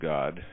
God